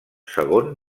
segon